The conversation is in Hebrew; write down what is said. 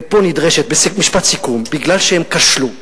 משפט סיכום, מפני שהם כשלו,